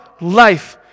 life